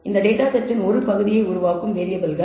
இவை டேட்டா செட்டின் ஒரு பகுதியை உருவாக்கும் வேறியபிள்கள்